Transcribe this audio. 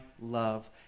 love